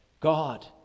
God